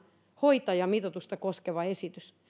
hoitajamitoitusta koskeva esitys